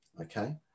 okay